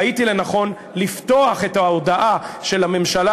ראיתי לנכון לפתוח את ההודעה של הממשלה,